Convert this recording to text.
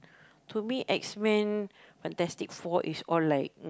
to me X-Men Fantastic-Four is all like